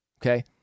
Okay